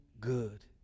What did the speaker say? good